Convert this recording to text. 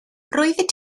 roeddet